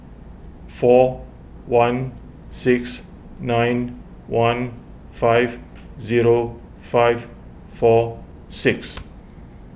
four one six nine one five zero five four six